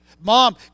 Mom